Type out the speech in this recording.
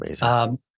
Amazing